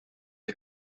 the